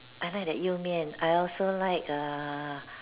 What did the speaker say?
I like that You-Mian I also like err